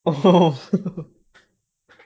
oh